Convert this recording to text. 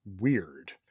Weird